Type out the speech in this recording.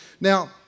Now